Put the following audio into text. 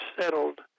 settled